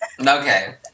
Okay